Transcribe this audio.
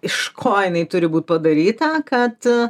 iš ko jinai turi būt padaryta kad